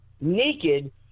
naked